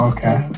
Okay